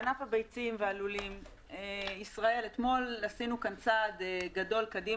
בענף הביצים והלולים - אתמול עשינו כאן צעד גדול קדימה